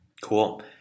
Cool